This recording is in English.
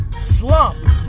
slump